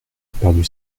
perdu